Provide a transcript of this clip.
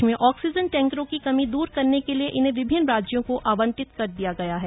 देश में ऑक्सीजन टैंकरों की कमी दूर करने के लिए इन्हें विभिन्न राज्यों को आवंटित कर दिया गया है